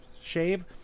shave